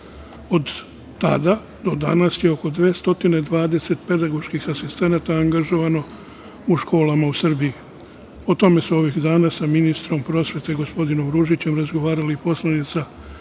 od tada do danas je oko 220 pedagoških asistenata angažovano u školama u Srbiji. O tome su ovih dana sa Ministrom prosvete, gospodinom Ružićem razgovarali i poslanica